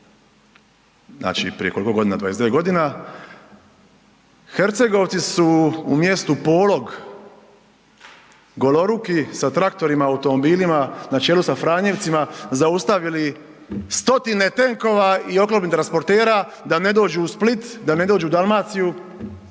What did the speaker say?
znači prije koliko godina, 29 godina, Hercegovci su u mjestu Polog goloruki sa traktorima, automobilima na čelu sa Franjevcima zaustavili stotine tenkova i oklopnih transportera da ne dođu u Split, da ne dođu u Dalmaciju.